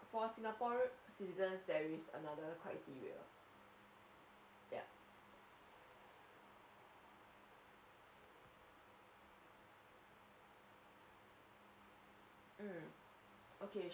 for singaporean ciitizens there is another criteria yup mm okay